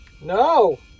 No